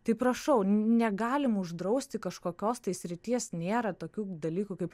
tai prašau negalim uždrausti kažkokios tai srities nėra tokių dalykų kaip